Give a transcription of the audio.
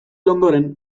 ondoren